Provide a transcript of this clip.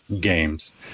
games